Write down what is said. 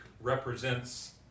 represents